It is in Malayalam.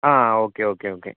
ആ ഓക്കെ ഓക്കെ ഓക്കെ